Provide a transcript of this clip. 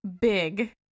big